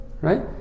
Right